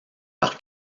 par